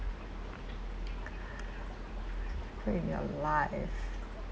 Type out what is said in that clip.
in your life